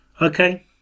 Okay